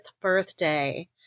birthday